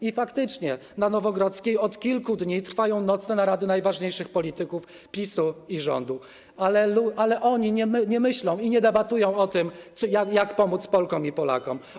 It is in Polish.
I faktycznie na Nowogrodzkiej od kilku dni trwają nocne narady najważniejszych polityków PiS-u i rządu, ale oni nie myślą i nie debatują o tym, jak pomóc Polkom i Polakom.